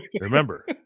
Remember